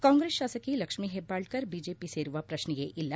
ಕಾಂಗ್ರೆಸ್ ಶಾಸಕಿ ಲಕ್ಷೀ ಹೆಬ್ಬಾಳ್ಕರ್ ಬಿಜೆಪಿ ಸೇರುವ ಪ್ರಶ್ನೆಯೇ ಇಲ್ಲ